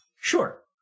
Sure